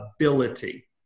ability